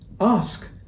Ask